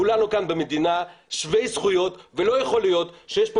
כולנו כאן במדינה שווי זכויות ולא יכול להיות שיש פה